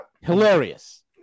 hilarious